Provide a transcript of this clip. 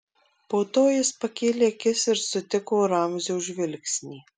po to jis pakėlė akis ir sutiko ramzio žvilgsnį